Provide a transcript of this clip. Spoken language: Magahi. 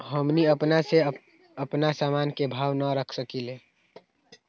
हमनी अपना से अपना सामन के भाव न रख सकींले?